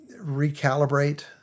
recalibrate